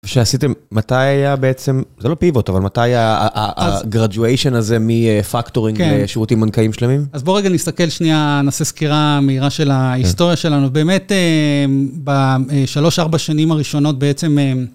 כשעשיתם, מתי היה בעצם, זה לא פיבוט, אבל מתי היה ה-graduation הזה מפקטורינג לשירותים בנקאיים שלמים? אז בואו רגע נסתכל שנייה, נעשה סקירה מהירה של ההיסטוריה שלנו. באמת, בשלוש-ארבע השנים הראשונות בעצם...